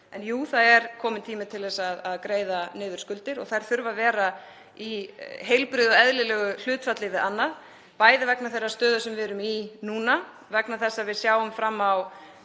Jú, það er kominn tími til að greiða niður skuldir. Þær þurfa að vera í heilbrigðu og eðlilegu hlutfalli við annað vegna þeirrar stöðu sem við erum í núna. Við sjáum fram á